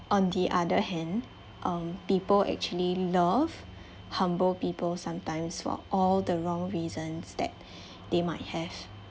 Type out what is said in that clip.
on the other hand um people actually love humble people sometimes for all the wrong reasons that they might have